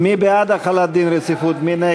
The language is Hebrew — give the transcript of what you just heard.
אם כן, חברי הכנסת, בעד החלת דין רציפות, 49,